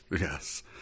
Yes